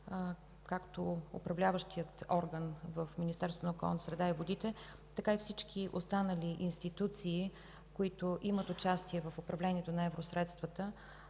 както управляващият орган в Министерството на околната среда и водите, така и всички останали институции, които имат участие в управлението на евросредствата,